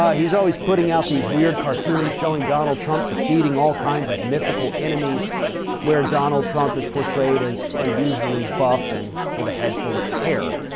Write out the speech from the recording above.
he's always putting out these weird cartoons showing donald trump defeating all kinds of mythical enemies where donald trump is portrayed as unusually buff and with a head full of hair,